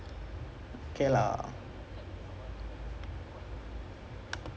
I like I feel like gavarni right I have no what happened to him like